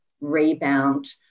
rebound